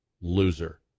loser